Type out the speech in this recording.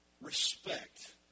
Respect